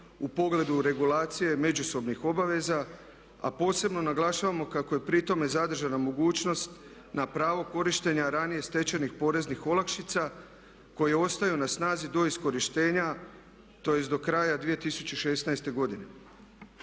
u pogledu regulacije međusobnih obaveza. A posebno naglašavamo kako je pri tome zadržana mogućnost na pravo korištenja ranije stečenih poreznih olakšica koje ostaju na snazi do iskorištenja, tj. do kraja 2016. godine.